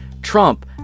Trump